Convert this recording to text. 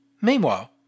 Meanwhile